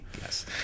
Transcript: Yes